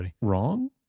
Wrong